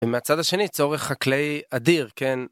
ומצד השני צורך חקלאי אדיר כן.